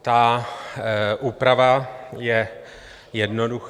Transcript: Ta úprava je jednoduchá.